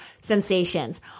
sensations